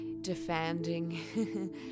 defending